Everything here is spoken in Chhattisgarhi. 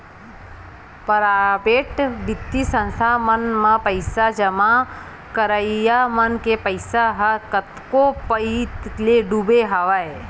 पराबेट बित्तीय संस्था मन म पइसा जमा करइया मन के पइसा ह कतको पइत ले डूबे हवय